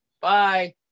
Bye